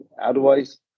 Otherwise